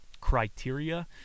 criteria